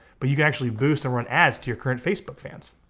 but you can actually boost and run ads to your current facebook fans.